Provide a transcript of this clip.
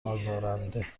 آزارنده